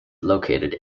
located